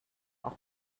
auch